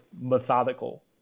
methodical